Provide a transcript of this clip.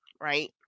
right